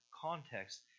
context